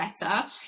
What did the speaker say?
better